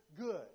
good